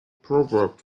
proverb